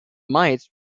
mites